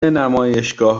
نمایشگاه